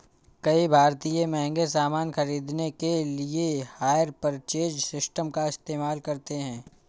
कई भारतीय महंगे सामान खरीदने के लिए हायर परचेज सिस्टम का इस्तेमाल करते हैं